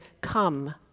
come